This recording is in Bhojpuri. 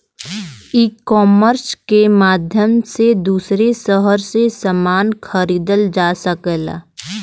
ईकामर्स के माध्यम से दूसरे शहर से समान खरीदल जा सकला